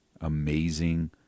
amazing